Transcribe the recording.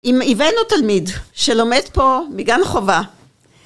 אם הבאנו תלמיד שלומד פה מגן חובה